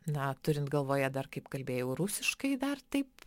na turint galvoje dar kaip kalbėjau rusiškai dar taip